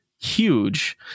huge